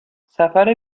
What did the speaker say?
سفر